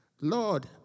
Lord